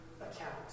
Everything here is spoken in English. account